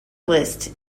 list